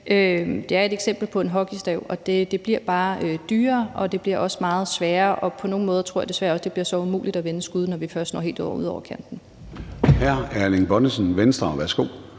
her er et eksempel på en hockeystav, og det bliver bare dyrere, og det bliver også meget sværere, og på nogle måder tror jeg desværre også at det bliver umuligt at vende skuden, når vi først er nået helt ud over kanten. Kl. 10:47 Formanden (Søren Gade): Hr.